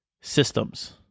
systems